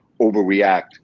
overreact